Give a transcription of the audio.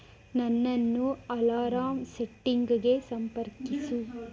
ನನ್ನನ್ನು ಅಲಾರಾಂ ಸೆಟ್ಟಿಂಗ್ಗೆ ಸಂಪರ್ಕಿಸು